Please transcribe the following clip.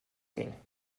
ging